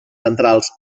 centrals